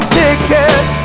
ticket